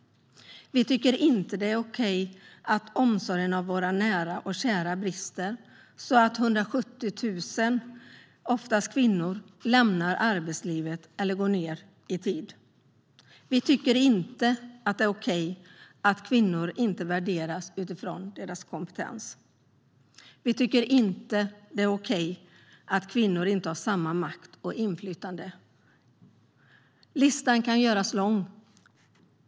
Vi tycker inte att det är okej att omsorgen för våra nära och kära brister så att 170 000, oftast kvinnor, lämnar arbetslivet eller går ned i tid. Vi tycker inte att det är okej att kvinnor inte värderas utifrån sin kompetens. Vi tycker inte att det är okej att kvinnor inte har samma makt och inflytande. Listan kan göras lång.